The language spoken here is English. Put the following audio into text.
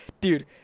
dude